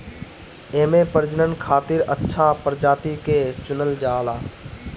एमे प्रजनन खातिर अच्छा प्रजाति के चुनल जाला